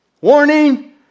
Warning